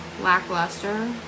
lackluster